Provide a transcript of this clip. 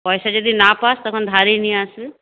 পয়সা যদি না পাস তখন ধারেই নিয়ে আসিস